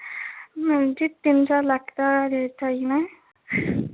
तीन चार लक्ख दा रेट आई जाना ऐ